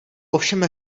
ovšem